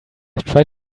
tried